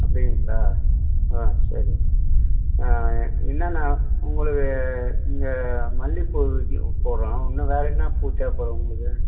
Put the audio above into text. அப்படிங்களா ஆ சரி என்னென்னா உங்களுக்கு இந்த மல்லிப்பூ போட்றோம் இன்னும் வேறு என்ன பூ தேவைப்படும் உங்களுக்கு